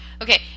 Okay